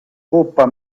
coppa